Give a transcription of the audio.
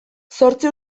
zortzi